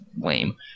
lame